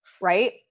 right